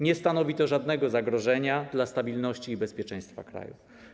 Nie stanowi to żadnego zagrożenia dla stabilności i bezpieczeństwa kraju.